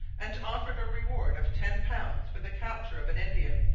and offered a reward of ten pounds for the capture of an indian,